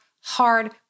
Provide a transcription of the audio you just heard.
hard